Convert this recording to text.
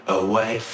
away